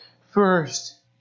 first